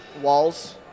walls